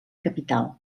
capital